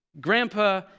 grandpa